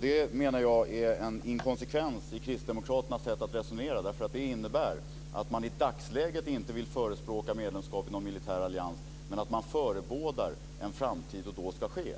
Det menar jag är en inkonsekvens i kristdemokraternas sätt att resonera, därför att det innebär att man i dagsläget inte vill förespråka medlemskap i någon militär allians men att man förebådar en framtid då så ska ske.